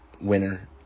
winner